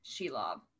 Shelob